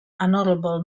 honorable